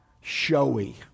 showy